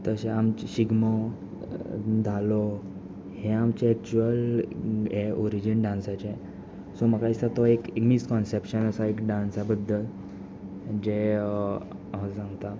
तशें आमचो शिगमो धालो हें आमचें एक्च्यूल ऑरिजीन डान्साचें सो म्हाका दिसता तो एक मिसकन्सेपशन आसा डान्सा बद्दल जें